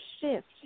shift